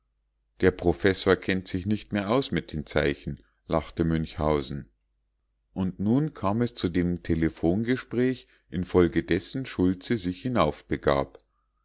der professor kennt sich nicht mehr aus mit den zeichen lachte münchhausen und nun kam es zu dem telephongespräch infolge dessen schultze sich